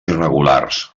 irregulars